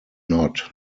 not